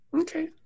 Okay